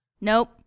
Nope